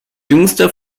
jüngster